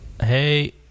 hey